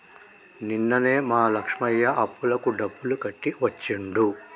నిన్ననే మా లక్ష్మయ్య అప్పులకు డబ్బులు కట్టి వచ్చిండు